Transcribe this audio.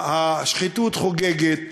השחיתות חוגגת.